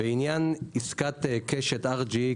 בעניין עסקת קשת-RGE,